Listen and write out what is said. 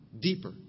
deeper